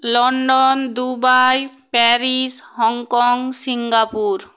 London Dubai Paris Hong Kong Singapore